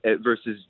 versus